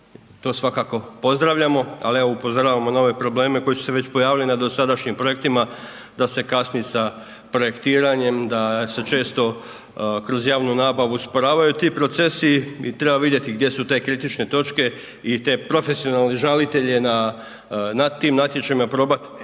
to svakako pozdravljamo, ali evo upozoravamo na ove probleme koji su se već pojavili na dosadašnjim projektima da se kasni sa projektiranjem, da se često kroz javnu nabavu usporavaju ti procesi i treba vidjeti gdje su te kritične točke i te profesionalne žalitelje na tim natječajima i probati